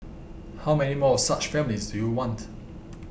how many more of such families do you want